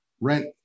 rent